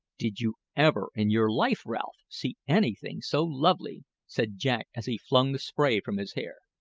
did you ever in your life, ralph, see anything so lovely? said jack as he flung the spray from his hair.